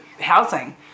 housing